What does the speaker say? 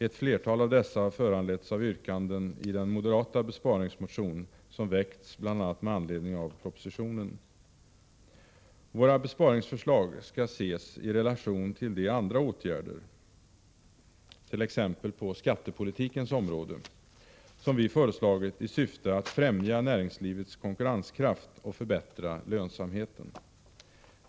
Ett flertal av dessa har föranletts av yrkanden i den moderata besparingsmotion som väckts bl.a. med anledning av propositionen. Våra besparingsförslag skall ses i relation till de andra åtgärder —t.ex. på skattepolitikens område — som vi föreslagit i syfte att främja näringslivets konkurrenskraft och förbättra lönsamheten.